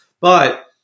But-